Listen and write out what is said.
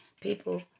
people